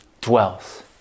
dwells